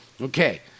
okay